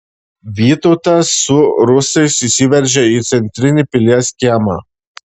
vytautas su rusais įsiveržia į centrinį pilies kiemą